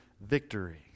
victory